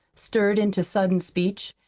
stirred into sudden speech.